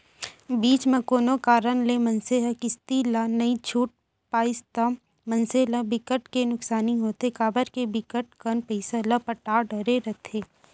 बीच म कोनो कारन ले मनसे ह किस्ती ला नइ छूट पाइस ता मनसे ल बिकट के नुकसानी होथे काबर के बिकट कन पइसा ल पटा डरे रहिथे